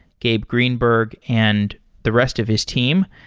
gabe greenberg, and the rest of his team.